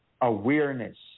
awareness